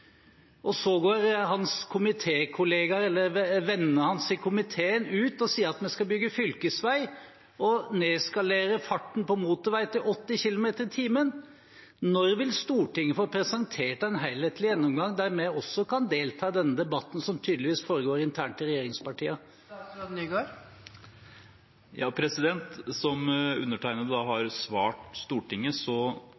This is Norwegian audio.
Så går statsrådens venner i komiteen ut og sier at vi skal bygge fylkesvei og nedskalere farten på motorvei til 80 km/t. Når vil Stortinget få presentert en helhetlig gjennomgang, der vi også kan delta i denne debatten, som tydeligvis foregår internt i regjeringspartiene? Som undertegnede har svart Stortinget, tar vi sikte på å gå gjennom hele porteføljen, for da